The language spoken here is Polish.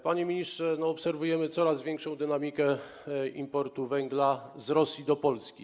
Panie ministrze, obserwujemy coraz większą dynamikę importu węgla z Rosji do Polski.